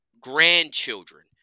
grandchildren